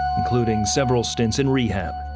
including several stints in rehab.